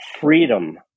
freedom